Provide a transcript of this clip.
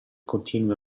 continui